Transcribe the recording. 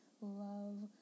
love